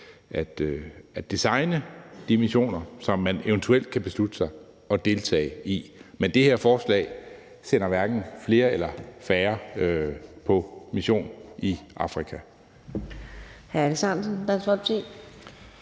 at designe de missioner, som man eventuelt kan beslutte at deltage i. Men det her forslag sender hverken flere eller færre på mission i Afrika.